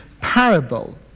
parable